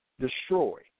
destroy